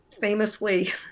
famously